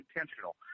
intentional